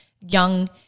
young